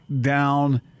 down